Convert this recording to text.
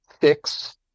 six